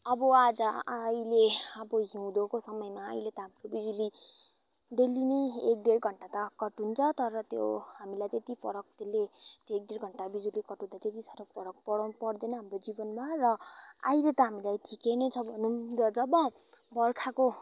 अब आज आहिले अब हिउँदको समयमा अहिले त हाम्रो बिजुली डेली नै एक डेढ घन्टा त कट हुन्छ तर त्यो हामीलाई त्यति फरक त्यसले एक डेढ घन्टा बिजुली कटिँदा त्यति साह्रो फरक पर्दैन हाम्रो जीवनमा र आहिले त हामीलाई ठिकै नै छ भनौँ र जब बर्खाको